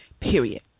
period